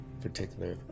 particular